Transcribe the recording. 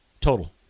total